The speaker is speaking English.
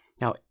Now